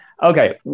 Okay